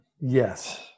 Yes